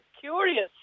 curious